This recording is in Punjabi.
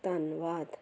ਧੰਨਵਾਦ